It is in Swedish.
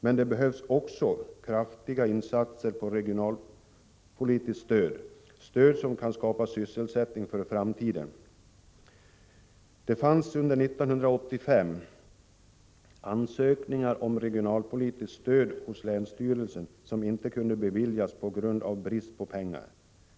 Men det behövs också kraftiga satsningar på regionalpolitiskt stöd, som kan skapa sysselsättning för framtiden. Under 1985 fanns hos länsstyrelsen ansökningar om regionalpolitiskt stöd som inte kunde beviljas på grund av brist på pengar.